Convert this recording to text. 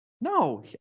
No